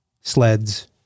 sleds